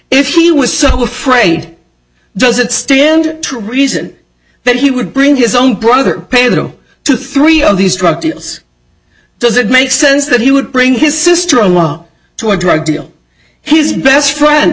if he was so afraid does it stand to reason that he would bring his own brother pedro to three of these drug deals does it make sense that he would bring his sister along to a drug deal his best friend